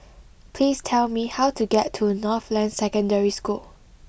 please tell me how to get to Northland Secondary School